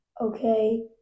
okay